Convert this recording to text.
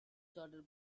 charter